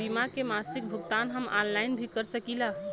बीमा के मासिक भुगतान हम ऑनलाइन भी कर सकीला?